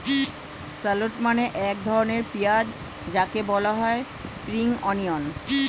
shallot মানে এক ধরনের পেঁয়াজ যাকে বলা হয় স্প্রিং অনিয়ন